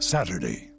Saturday